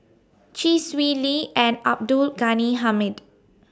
Chee Swee Lee and Abdul Ghani Hamid